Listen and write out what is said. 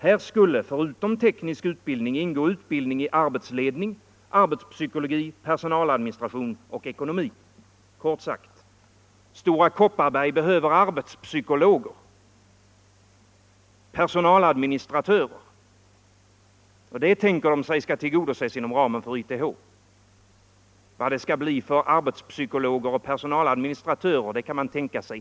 Här skulle förutom teknisk utbildning ingå utbildning i arbetsledning och ekonomi.” Stora Kopparberg behöver arbetspsykologer och personaladministratörer, och företaget tänker sig få det behovet tillgodosett inom ramen för YTH. Vad det skall bli för slags arbetspsykologer och personaladministratörer kan man tänka sig.